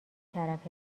طرف